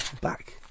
back